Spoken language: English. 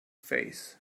face